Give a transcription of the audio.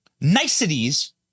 niceties